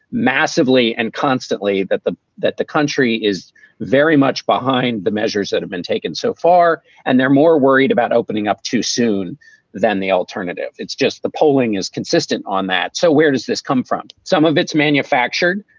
massively and constantly that the that the country is very much behind the measures that have been taken so far. and they're more worried about opening up too soon than the alternative. it's just the polling is consistent on that. so where does this come from? some of it's manufactured.